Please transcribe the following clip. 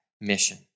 mission